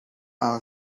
our